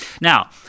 Now